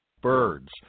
birds